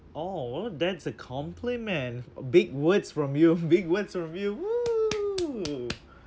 !aww! that's a compliment big words from you big words from you !woo!